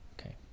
Okay